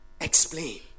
explain